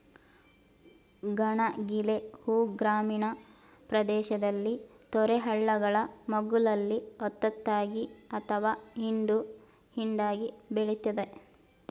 ಗಣಗಿಲೆ ಹೂ ಗ್ರಾಮೀಣ ಪ್ರದೇಶದಲ್ಲಿ ತೊರೆ ಹಳ್ಳಗಳ ಮಗ್ಗುಲಲ್ಲಿ ಒತ್ತೊತ್ತಾಗಿ ಅಥವಾ ಹಿಂಡು ಹಿಂಡಾಗಿ ಬೆಳಿತದೆ